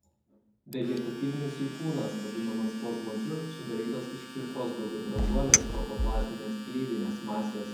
vegetatyvinis jų kūnas vadinamas plazmodžiu sudarytas iš plikos daugiabranduolės protoplazminės gleivinės masės